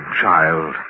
child